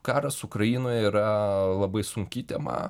karas ukrainoje yra labai sunki tema